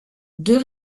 deux